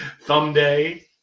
Someday